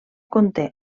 conté